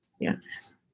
Yes